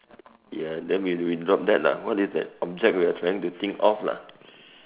ya than we we drop that lah what is that object we're trying to think of lah